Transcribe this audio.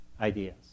ideas